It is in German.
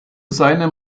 seinem